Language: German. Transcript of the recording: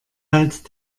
halt